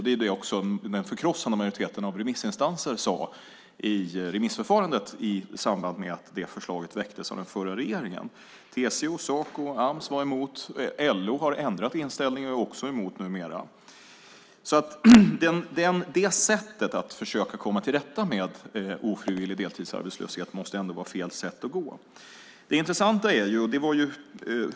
Det är vad en förkrossande majoritet bland remissinstanserna också sade i remissförfarandet i samband med att det förslaget väcktes av den förra regeringen. TCO, Saco och Ams var emot. LO har ändrat inställning och är också numera emot. Det sättet att försöka komma till rätta med ofrivillig deltidsarbetslöshet måste vara fel väg att gå.